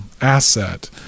asset